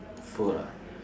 food ah